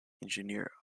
engineer